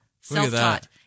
Self-taught